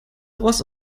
ross